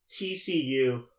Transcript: TCU